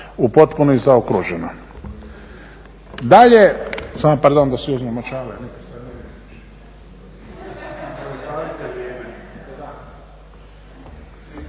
u potpuno i zaokružena. Dalje, samo pardon da si uzmem očale.